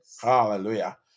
Hallelujah